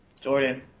Jordan